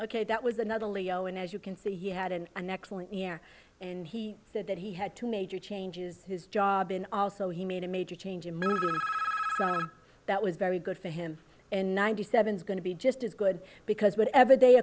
ok that was another leo and as you can see he had an an excellent year and he said that he had two major changes his job and also he made a major change in mood that was very good for him in ninety seven is going to be just as good because whatever they